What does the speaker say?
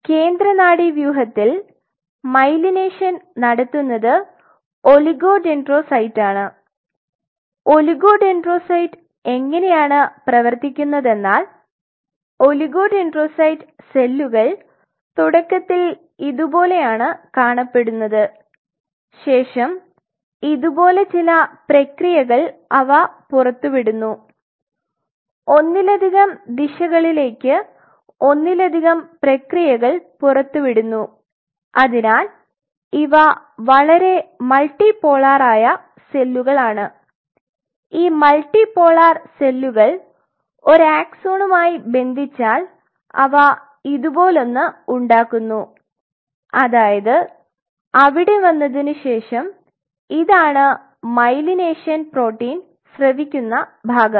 കേന്ദ്ര നാഡീവ്യൂഹതിൽ മൈലിനേഷൻ നടത്തുന്നത് ഒളിഗോഡെൻഡ്രോസൈറ്റാണ് ഒളിഗോഡെൻഡ്രോസൈറ്റ് എങ്ങനെയാണ് പ്രവർത്തിക്കുന്നതെന്നാൽ ഒളിഗോഡെൻഡ്രോസൈറ്റ് സെല്ലുകൾ തുടക്കത്തിൽ ഇതുപോലെയാണ് കാണപ്പെടുന്നത് ശേഷം ഇതുപോലെ ചില പ്രക്രിയകൾ അവ പുറത്തുവിടുന്നു ഒന്നിലധികം ദിശകളിലേക്ക് ഒന്നിലധികം പ്രക്രിയകൾ പുറത്തുവിടുന്നു അതിനാൽ ഇവ വളരെ മൾട്ടിപോളാർ ആയ സെല്ലുകളാണ് ഈ മൾട്ടിപോളാർ സെല്ലുകൾ ഒരു ആക്സോണുമായി ബന്ധിച്ചാൽ അവ ഇതുപോലൊന്ന് ഉണ്ടാക്കുന്നു അതായത് അവിടെ വന്നതിനുശേഷം ഇതാണ് മൈലൈനേഷൻ പ്രോട്ടീൻ സ്രവിക്കുന്ന ഭാഗം